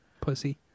pussy